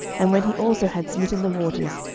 and when he also had smitten the waters,